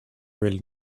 really